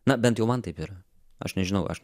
na bent jau man taip yra aš nežinau aš